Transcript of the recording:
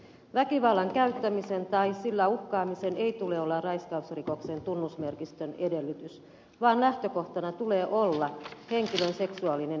väkivallan käyttämisen tai sillä uhkaamisen ei tule olla raiskausrikoksen tunnusmerkistön edellytys vaan lähtökohtana tulee olla henkilön seksuaalisen itsemääräämisoikeuden